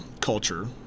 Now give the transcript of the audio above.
culture